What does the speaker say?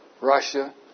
Russia